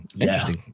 Interesting